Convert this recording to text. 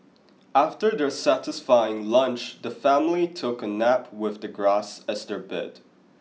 after their satisfying lunch the family took a nap with the grass as their bed